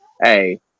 Hey